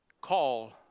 Call